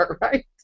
right